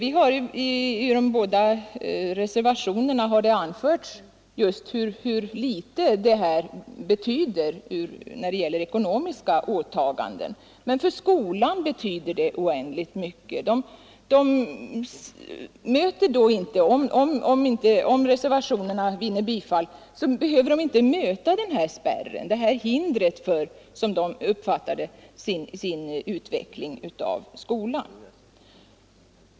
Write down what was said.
I de båda reservationerna till utskottets betänkande har angivits hur litet dessa ekonomiska åtaganden betyder. Men för skolan betyder de oändligt mycket. Om reservationerna vinner bifall behöver inte skolan möta denna spärr och, som man på skolan själv uppfattar det, detta hinder i sin utveckling.